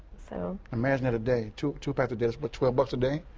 so imagine that a day. two two packs a day, but twelve bucks a day?